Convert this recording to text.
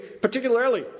particularly